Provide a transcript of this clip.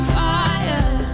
fire